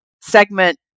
segment